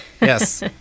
Yes